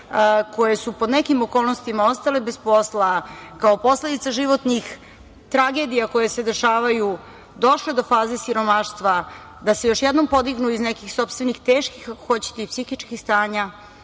koje su pod nekim okolnostima ostale bez posla, kao posledica životnih tragedija koje se dešavaju, došle do faze siromaštva, da se još jednom podignu iz nekih sopstvenih teških, ako hoćete i psihičkih stanja,